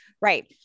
right